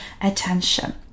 attention